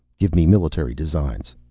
give me military designs,